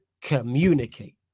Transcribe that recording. Communicate